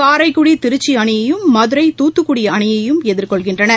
காரைக்குடி திருச்சி அணியையும் மதுரை துத்துக்குடி அணியையும் எதிர்கொள்கின்றன